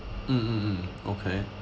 mm mm mm okay